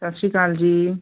ਸਤਿ ਸ੍ਰੀ ਅਕਾਲ ਜੀ